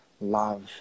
love